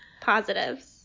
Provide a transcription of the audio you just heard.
positives